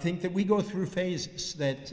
think that we go through phases that